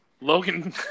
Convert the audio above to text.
Logan